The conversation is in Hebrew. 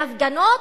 בהפגנות?